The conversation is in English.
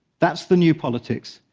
that's the new politics.